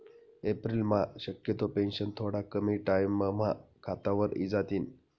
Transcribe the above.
एप्रिलम्हा शक्यतो पेंशन थोडा कमी टाईमम्हा खातावर इजातीन